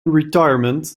retirement